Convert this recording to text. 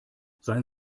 seien